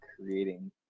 creating